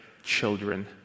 children